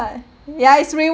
ya it's rewarding